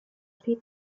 pete